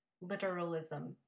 literalism